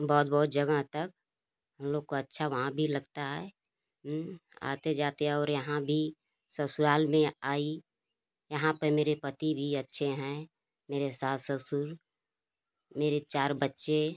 बहुत बहुत जगहों तक हम लोग को अच्छा वहाँ भी लगता है आते जाते और यहाँ भी ससुराल में आई यहाँ पर मेरे पति भी अच्छे हैं मेरे सास ससुर मेरे चार बच्चे